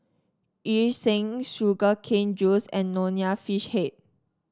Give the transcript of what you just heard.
Yu Sheng Sugar Cane Juice and Nonya Fish Head